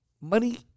Money